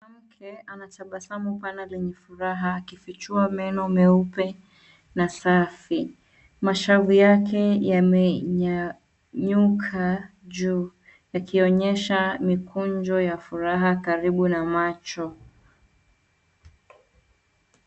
Mwanamke anatabasamu pana lenye furaha akifichua meno meupe na safi. Mashavu yake yamenyanyuka juu, yakionyesha mikunjo ya furaha karibu na macho.